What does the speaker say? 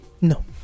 No